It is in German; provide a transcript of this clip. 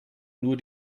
nur